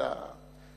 אלא